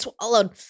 swallowed